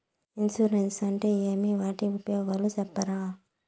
Insurance అంటే ఏమి? వాటి ఉపయోగాలు సెప్తారా?